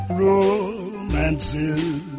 romances